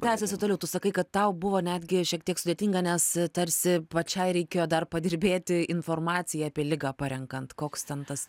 tęsiasi toliau tu sakai kad tau buvo netgi šiek tiek sudėtinga nes tarsi pačiai reikėjo dar padirbėti informaciją apie ligą parenkant koks ten tas